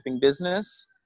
business